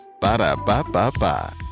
Ba-da-ba-ba-ba